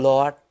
Lord